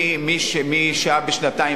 מי שהה שנתיים,